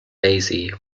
basie